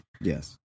Yes